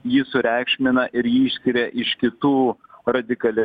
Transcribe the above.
jį sureikšmina ir jį išskiria iš kitų radikales